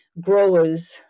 growers